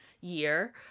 year